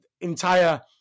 entire